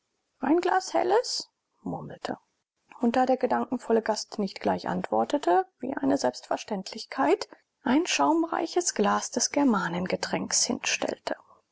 ein glas helles murmelte und da der gedankenvolle gast nicht gleich antwortete wie eine selbstverständlichkeit ein schaumreiches glas des germanengetränks hinstellte